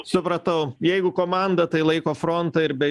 supratau jeigu komanda tai laiko frontą ir be